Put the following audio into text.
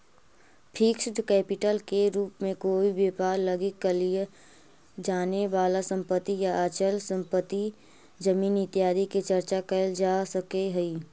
fixed capital के रूप में कोई व्यापार लगी कलियर जाने वाला संपत्ति या अचल संपत्ति जमीन इत्यादि के चर्चा कैल जा सकऽ हई